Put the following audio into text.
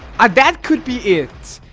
ah that could be it.